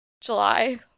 July